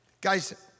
Guys